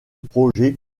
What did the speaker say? projet